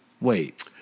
Wait